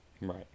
Right